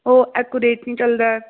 ओह् एक्यूरेट निं चलदा